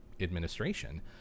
administration